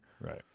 Right